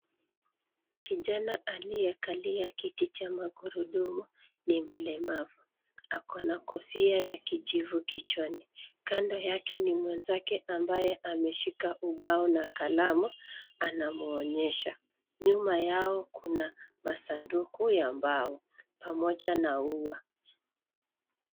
Kijana aliyekalia kiti cha magurudumu ni mlemavu. Ako na kofia ya kijivu kichwani. Kando yake ni mwenzake ambaye ameshika ubao na kalamu anamuonyesha. Nyuma yao kuna masanduku ya mbao pamoja na ua.